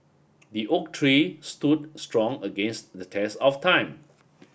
the oak tree stood strong against the test of time